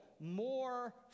more